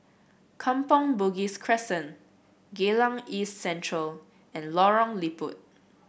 Kampong Bugis Crescent Geylang East Central and Lorong Liput